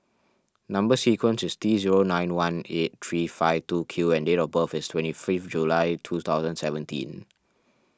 Number Sequence is T zero nine one eight three five two Q and date of birth is twenty fifth July two thousand seventeen